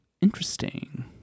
Interesting